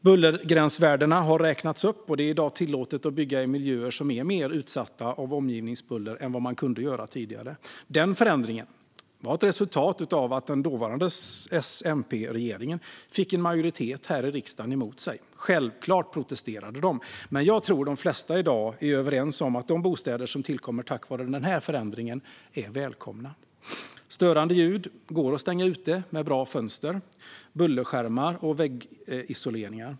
Bullergränsvärdena har räknats upp, och det är i dag tillåtet att bygga i miljöer som är mer utsatta för omgivningsbuller än vad som tidigare var möjligt. Denna förändring var ett resultat av att den dåvarande S-MP-regeringen fick en majoritet här i riksdagen emot sig. Självklart protesterade de. Men jag tror att de flesta i dag är överens om att de bostäder som tillkommer tack vare denna förändring är välkomna. Störande ljud går att stänga ute med bra fönster, bullerskärmar och väggisolering.